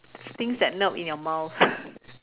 things that melt in your mouth